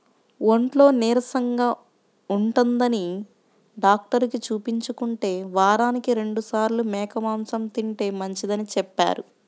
ఒంట్లో నీరసంగా ఉంటందని డాక్టరుకి చూపించుకుంటే, వారానికి రెండు మార్లు మేక మాంసం తింటే మంచిదని చెప్పారు